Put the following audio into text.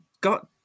got